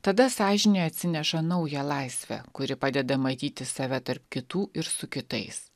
tada sąžinė atsineša naują laisvę kuri padeda matyti save tarp kitų ir su kitais